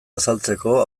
azaltzeko